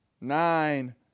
Nine